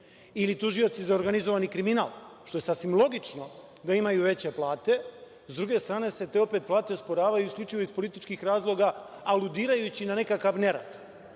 ili tužioci za organizovani kriminal, što je sasvim logično da imaju veće plate, sa druge strane se te plate osporavaju isključivo iz političkih razloga aludirajući na nekakav